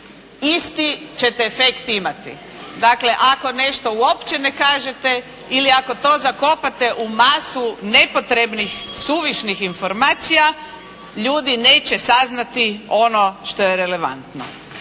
Isti ćete efekt imati. Dakle ako nešto uopće ne kažete ili ako to zakopate u masu nepotrebnih, suvišnih informacija ljudi neće saznati ono što je relevantno.